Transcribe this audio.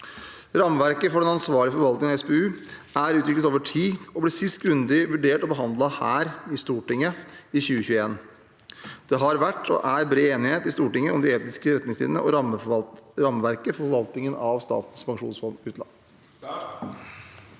Rammeverket for den ansvarlige forvaltningen av SPU er utviklet over tid og ble sist grundig vurdert og behandlet her i Stortinget i 2021. Det har vært og er bred enighet i Stortinget om de etiske retningslinjene og rammeverket for forvaltningen av Statens pensjonsfond utland.